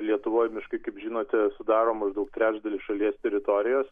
lietuvoj miškai kaip žinote sudaro maždaug trečdalis šalies teritorijos